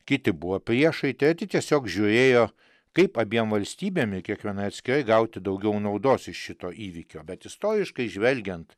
kiti buvo priešai treti tiesiog žiūrėjo kaip abiem valstybėm ir kiekvienai atskirai gauti daugiau naudos iš šito įvykio bet istoriškai žvelgiant